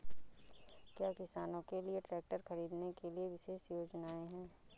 क्या किसानों के लिए ट्रैक्टर खरीदने के लिए विशेष योजनाएं हैं?